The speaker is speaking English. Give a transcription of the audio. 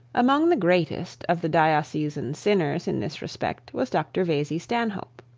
among the greatest of the diocesan sinners in this respect was dr vesey stanhope.